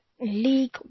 League